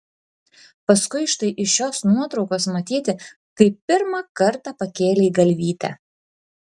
paskui štai iš šios nuotraukos matyti kai pirmą kartą pakėlei galvytę